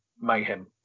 mayhem